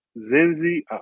Zinzi